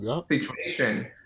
situation